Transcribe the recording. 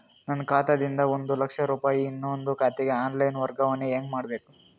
ನನ್ನ ಖಾತಾ ದಿಂದ ಒಂದ ಲಕ್ಷ ರೂಪಾಯಿ ನನ್ನ ಇನ್ನೊಂದು ಖಾತೆಗೆ ಆನ್ ಲೈನ್ ವರ್ಗಾವಣೆ ಹೆಂಗ ಮಾಡಬೇಕು?